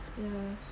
ya